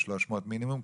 ל-300 מינימום?